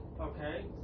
Okay